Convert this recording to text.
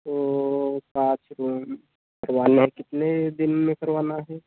तो पाँच रूम करवाने है कितने दिन में करवाना है